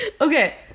Okay